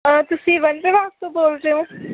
ਤੁਸੀਂ ਵਣ ਵਿਭਾਗ ਤੋਂ ਬੋਲ ਰਹੇ ਹੋ